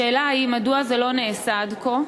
השאלה היא: מדוע זה לא נעשה עד כה,